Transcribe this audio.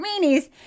meanies